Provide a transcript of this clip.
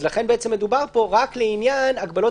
לכן מדובר פה רק לעניין הגבלות